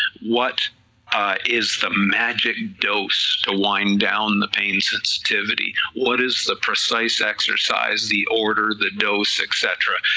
what is the magic dose to wind down the pain sensitivity, what is the precise exercise, the order, the dose et cetera,